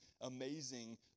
amazing